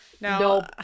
no